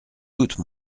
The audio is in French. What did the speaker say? doute